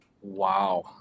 Wow